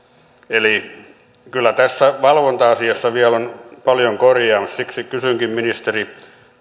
eli kyllä tässä valvonta asiassa vielä on paljon korjaamista siksi kysynkin ministeri